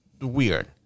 weird